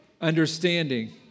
understanding